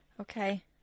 Okay